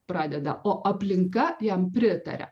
pradeda o aplinka jam pritaria